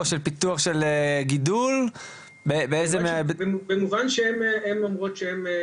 פיתוח של גידול --- במובן שהן אומרות שהן,